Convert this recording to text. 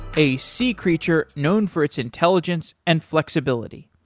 a sea creature known for its intelligence and flexibility.